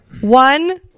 One